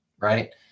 right